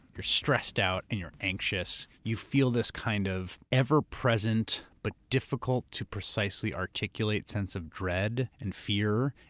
you're stressed out and you're anxious. you feel this kind of ever present, but difficult to precisely articulate sense of dread and fear.